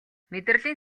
мэдрэлийн